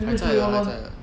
还在的还在的